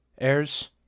airs